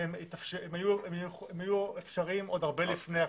היו אפשריים עוד הרבה לפני הקורונה.